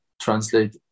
translate